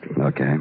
Okay